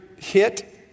hit